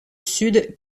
sud